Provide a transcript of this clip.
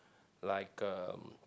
like uh